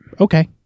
okay